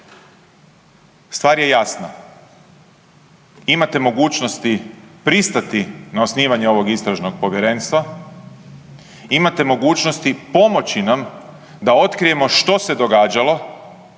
Stvar je jasna. Imate mogućnosti pristati na osnivanje ovog istražnog povjerenstva, imate mogućnosti pomoći nam da otkrijemo što se događalo